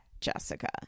Jessica